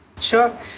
Sure